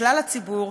לכלל הציבור,